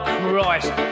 Christ